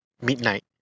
midnight